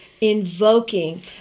invoking